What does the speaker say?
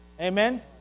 Amen